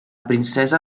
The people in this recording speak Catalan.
princesa